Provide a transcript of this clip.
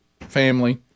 family